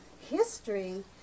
history